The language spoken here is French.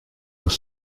vous